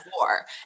war